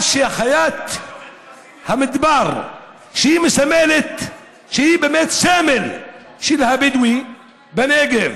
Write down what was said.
על שחיית המדבר, שהיא באמת סמל של הבדואים בנגב,